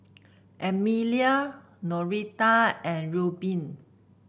Emelia Noreta and Reubin